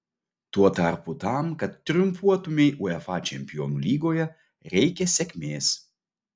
tuo tarpu tam kad triumfuotumei uefa čempionų lygoje reikia sėkmės